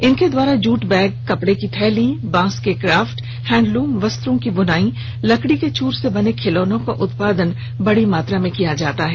इनके द्वारा jute bag कपड़े की थैली बांस के क्राफ्ट हैंडलूम वस्त्रों की बुनाई लकड़ी के चूर से बने खिलौने का उत्पादन बड़ी मात्रा में किया जाता है